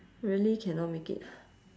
really cannot make it